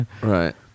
Right